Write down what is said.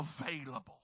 available